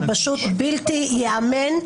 זה פשוט בלתי ייאמן.